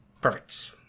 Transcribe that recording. Perfect